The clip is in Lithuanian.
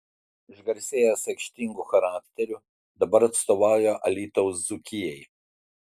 išgarsėjęs aikštingu charakteriu dabar atstovauja alytaus dzūkijai